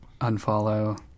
unfollow